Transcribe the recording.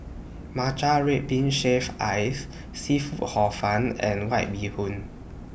Matcha Red Bean Shaved Ice Seafood Hor Fun and White Bee Hoon